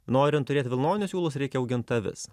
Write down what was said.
norint turėt vilnonius siūlus reikia augint avis